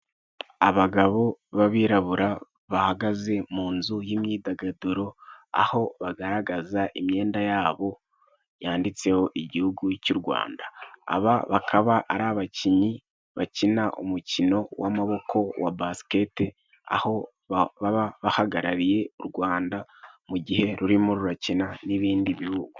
Abagabo b'abirabura bahagaze mu nzu y'imyidagaduro, aho bagaragaza imyenda yabo yanditseho igihugu cy'u Rwanda. Aba bakaba ari abakinnyi bakina umukino w'amaboko wa Basiketi bolo, aho baba bahagarariye u Rwanda mu gihe rurimo rurakina n'ibindi bihugu.